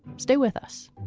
stay with us